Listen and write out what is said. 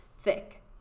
thick